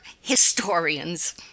historians